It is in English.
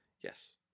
Yes